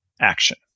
action